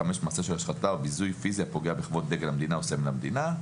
(5) מעשה של השחתה או ביזוי פיזי הפוגע בכבוד דגל המדינה או סמל המדינה.